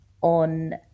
on